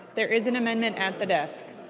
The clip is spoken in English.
there is an amendment at the desk.